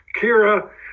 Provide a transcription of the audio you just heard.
Kira